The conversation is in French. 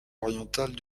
orientale